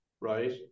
right